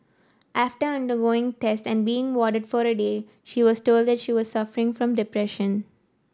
after undergoing tests and being warded for a day she was told that she was suffering from depression